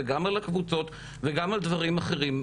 גם הקבוצות וגם על דברים אחרים.